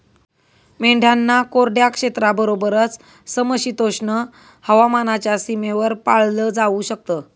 मेंढ्यांना कोरड्या क्षेत्राबरोबरच, समशीतोष्ण हवामानाच्या सीमेवर पाळलं जाऊ शकत